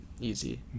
Easy